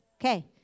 Okay